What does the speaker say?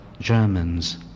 Germans